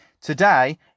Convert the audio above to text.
Today